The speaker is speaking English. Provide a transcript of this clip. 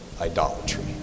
idolatry